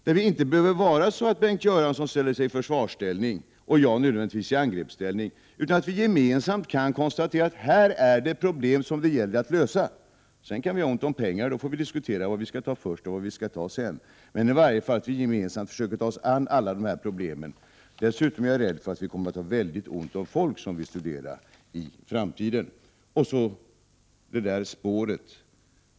Det behöver inte vara så att jag ställer mig i angreppsställning och Bengt Göransson går i försvarsställning, utan vi kan gemensamt konstatera att det här finns problem som det gäller att lösa. Sedan kan vi ha ont om pengar, och då får vi diskutera vad vi skall ta först och vad vi skall ta sedan, men vi bör i varje fall gemensamt försöka ta oss an alla de här problemen. Dessutom är jag rädd för att vi i framtiden kommer att ha mycket ont om folk som vill studera. Så till det där spåret.